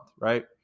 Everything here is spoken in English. right